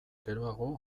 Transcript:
geroago